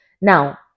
Now